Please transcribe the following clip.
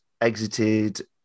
exited